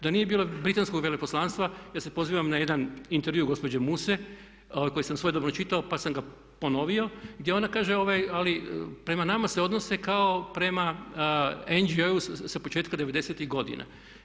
Da nije bilo britanskog veleposlanstva ja se pozivam na jedan intervju gospođe Muse koji sam svojedobno čitao, pa sam ga ponovio, gdje ona kaže ali prema nama se odnose kao prema NGO-u sa početka devedesetih godina.